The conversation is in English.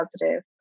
positive